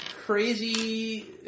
crazy